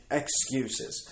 excuses